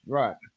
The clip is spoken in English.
right